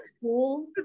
cool